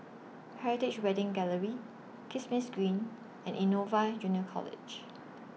Heritage Wedding Gallery Kismis Green and Innova Junior College